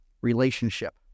Relationship